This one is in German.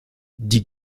die